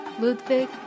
Ludwig